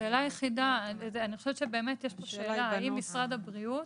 השאלה היחידה ואני חשובת שבאמת יש פה שאלה: האם משרד הבריאות,